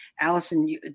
Allison